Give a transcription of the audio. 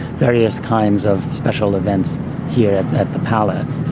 various kinds of special events here at the palace.